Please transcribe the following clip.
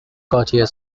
gautier